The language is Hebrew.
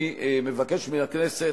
אני מבקש מהכנסת,